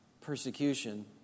persecution